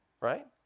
right